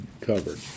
covered